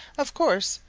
of course,